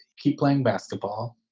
keep playing basketball.